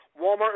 walmart